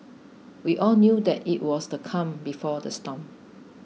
we all knew that it was the calm before the storm